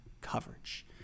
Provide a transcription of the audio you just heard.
coverage